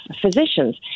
physicians